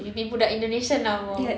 you'd be budak indonesia now !wow!